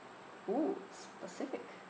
oo specific